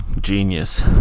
Genius